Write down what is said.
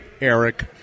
Eric